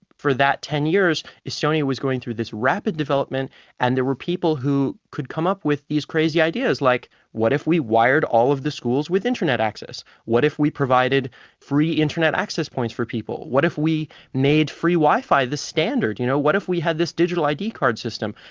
for that ten years estonia was going through this rapid development and there were people who could come up with these crazy ideas like what if we wired all of the schools with internet access? what if we provided free internet access points for people? what if we made free wi-fi as a standard? you know what if we had this digital id card system?